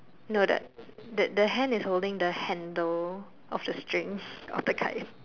no the the hand is holding the handle of the strings of the kite